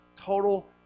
total